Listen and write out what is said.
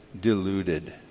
deluded